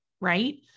right